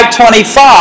25